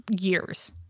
Years